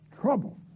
trouble